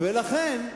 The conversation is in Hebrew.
לכן,